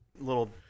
little